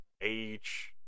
age